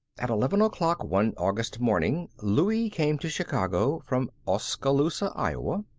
at eleven o'clock one august morning, louie came to chicago from oskaloosa, iowa.